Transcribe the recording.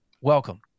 Welcome